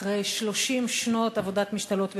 אחרי 30 שנות עבודת משתלות בשבת?